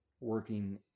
working